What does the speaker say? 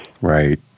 right